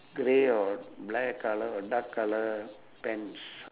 grey or black colour or dark colour pants